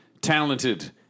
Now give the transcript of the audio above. talented